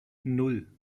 nan